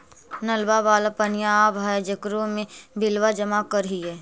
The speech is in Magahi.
नलवा वाला पनिया आव है जेकरो मे बिलवा जमा करहिऐ?